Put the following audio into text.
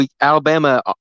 Alabama